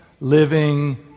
living